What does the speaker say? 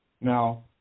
Now